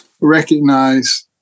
recognize